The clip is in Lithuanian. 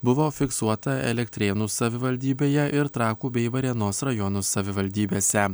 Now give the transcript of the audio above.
buvo fiksuota elektrėnų savivaldybėje ir trakų bei varėnos rajonų savivaldybėse